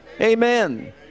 amen